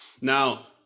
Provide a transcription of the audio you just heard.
now